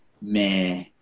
meh